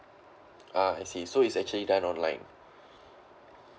ah I see so is actually done online